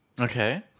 Okay